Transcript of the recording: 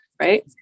right